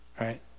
right